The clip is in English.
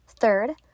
third